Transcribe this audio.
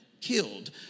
killed